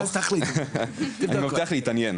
הדרך היחידה להרוויח כסף כמו שצריך בצפון,